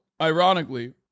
ironically-